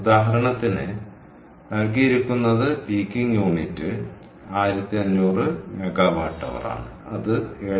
ഉദാഹരണത്തിന് നൽകിയിരിക്കുന്നത് peaking unit 1500MWH ആണ് അത് 7